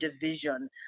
division